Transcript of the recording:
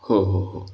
हो हो हो